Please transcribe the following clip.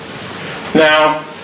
Now